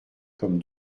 comme